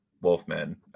Wolfman